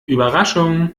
überraschung